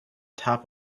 top